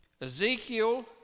Ezekiel